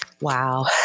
Wow